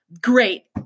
great